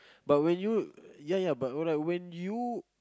but when you ya ya but I when you